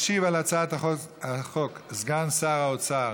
ישיב על הצעת החוק סגן שר האוצר